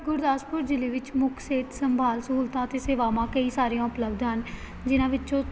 ਗੁਰਦਾਸਪੁਰ ਜਿਲ੍ਹੇ ਵਿੱਚ ਮੁੱਖ ਸਿਹਤ ਸੰਭਾਲ ਸਹੂਲਤਾਂ ਅਤੇ ਸੇਵਾਵਾਂ ਕਈ ਸਾਰੀਆਂ ਉਪਲੱਬਧ ਹਨ ਜਿਹਨਾਂ ਵਿੱਚੋਂ